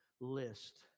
list